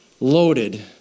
Loaded